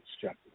chapter